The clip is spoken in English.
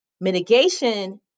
Mitigation